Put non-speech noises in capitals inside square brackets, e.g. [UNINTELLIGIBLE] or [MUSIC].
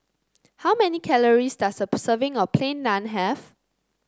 how many calories does a [UNINTELLIGIBLE] serving of Plain Naan have